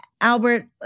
Albert